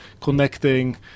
connecting